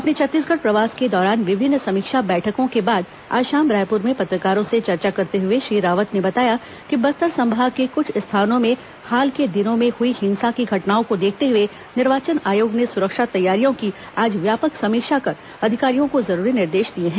अपने छत्तीसगढ़ प्रवास के दौरान विभिन्न समीक्षा बैठकों के बाद आज शाम रायपुर में पत्रकारों से चर्चा करते हुए श्री रावत ने बताया कि बस्तर संभाग के कृछ स्थानों में हाल के दिनों में हई हिंसा की घटनाओं को देखते हए निर्वाचन आयोग ने सुरक्षा तैयारियों की आज व्यापक समीक्षा कर अधिकारियों को जरूरी निर्देश दिए हैं